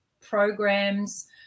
programs